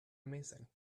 amazing